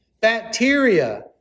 Bacteria